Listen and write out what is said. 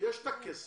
יש את הכסף.